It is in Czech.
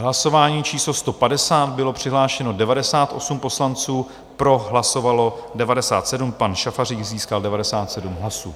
Hlasování číslo 150, bylo přihlášeno 98 poslanců, pro hlasovalo 97, pan Šafařík získal 97 hlasů.